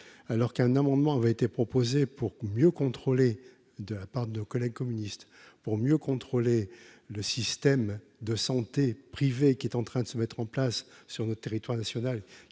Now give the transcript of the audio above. alors qu'un amendement avait été proposée pour mieux contrôler de la part de collègues communistes pour mieux contrôler le système de santé privés qui est en train de se mettre en place sur le territoire national